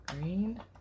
green